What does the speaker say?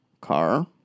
car